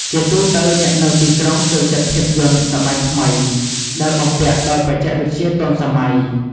ជាទូទៅ អ្នកនៅទីក្រុងចូលចិត្តភាពយន្តសម័យថ្មីដែលបំពាក់ដោយបច្ចេកវិទ្យាទាន់សម័យ។